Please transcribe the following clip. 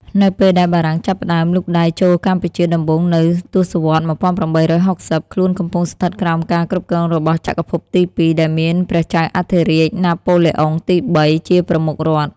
នៅពេលដែលបារាំងចាប់ផ្ដើមលូកដៃចូលកម្ពុជាដំបូងនៅទសវត្សរ៍ ១៨៦០ ខ្លួនកំពុងស្ថិតក្រោមការគ្រប់គ្រងរបស់ ចក្រភពទីពីរ ដែលមានព្រះចៅអធិរាជ ណាប៉ូឡេអុងទី៣ ជាប្រមុខរដ្ឋ។